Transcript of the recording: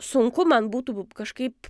sunku man būtų kažkaip